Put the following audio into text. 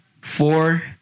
Four